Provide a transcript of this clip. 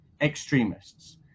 extremists